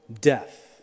death